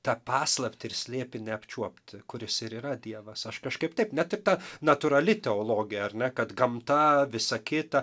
tą paslaptį ir slėpinį apčiuopti kuris ir yra dievas aš kažkaip taip net ir tą natūrali teologija ar ne kad gamta visa kita